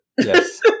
Yes